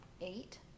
eight